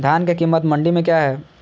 धान के कीमत मंडी में क्या है?